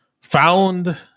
found